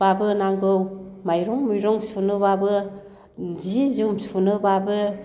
नांगौ माइरं मुइरं सुनोब्लाबो जि जोम सुनोब्लाबो